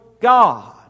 God